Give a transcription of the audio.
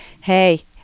hey